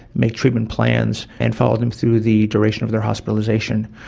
make treatment plans and follow them through the duration of their hospitalisation.